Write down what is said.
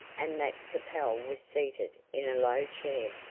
and that capel was seated in a low chair,